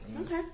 Okay